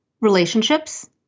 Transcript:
relationships